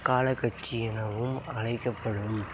அக்காலக்கட்சி எனவும் அழைக்கப்படும்